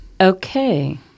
Okay